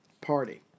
party